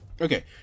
okay